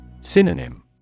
Synonym